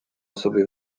sobie